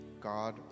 God